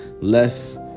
less